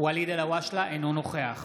אינו נוכח